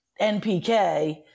NPK